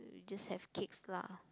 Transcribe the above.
you just have cakes lah